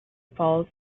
falls